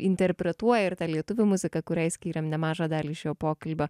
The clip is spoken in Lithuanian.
interpretuoja ir tą lietuvių muziką kuriai skyrėm nemažą dalį šio pokalbio